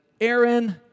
Aaron